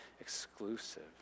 exclusive